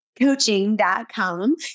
coaching.com